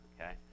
Okay